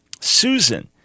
Susan